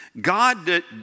God